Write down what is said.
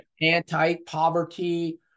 anti-poverty